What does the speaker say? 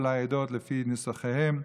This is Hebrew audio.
כל העדות לפי נוסחיהן.